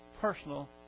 personal